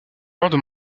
l’heure